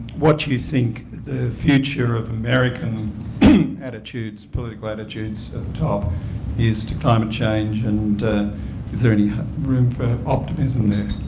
what you think the future of american attitudes, political attitudes at the top is to climate change? and is there any room for optimism there?